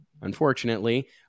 unfortunately